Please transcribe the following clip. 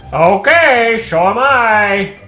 okay, so am i.